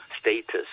status